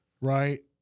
right